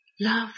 Love